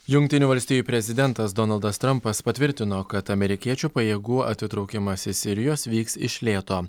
jungtinių valstijų prezidentas donaldas trampas patvirtino kad amerikiečių pajėgų atitraukimas iš sirijos vyks iš lėto